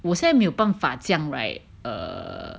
我现在没有办法这样 right err